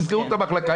תסגרו את המחלקה,